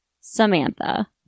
Samantha